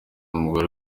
umugore